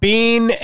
Bean